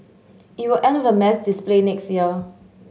it will end with a mass display next year